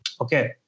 Okay